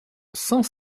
cent